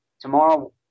tomorrow